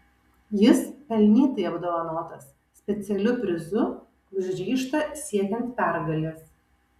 jis pelnytai apdovanotas specialiu prizu už ryžtą siekiant pergalės